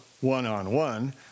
one-on-one